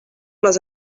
les